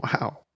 wow